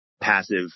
passive